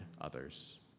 others